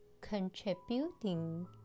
contributing